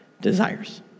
desires